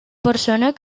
persona